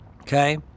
okay